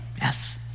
Yes